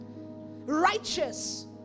righteous